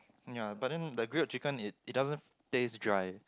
yea but then the grilled chicken it it doesn't taste dry